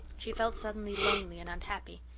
she felt suddenly lonely and unhappy.